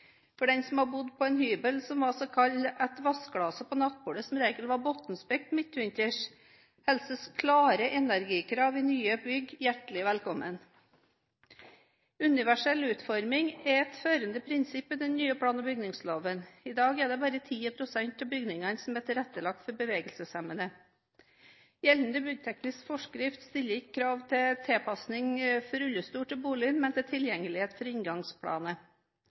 For den som har bodd på en hybel som var så kald at vannglasset på nattbordet som regel var bunnfrosset midtvinters, hilses klare energikrav i nye bygg hjertelig velkommen. Universell utforming er et førende prinsipp i den nye plan- og bygningsloven. I dag er det bare 10 pst. av bygningene som er tilrettelagt for bevegelseshemmede. Gjeldende byggteknisk forskrift stiller ikke krav om tilpasning for rullestol til boligen, men til tilgjengelighet for inngangsplanet.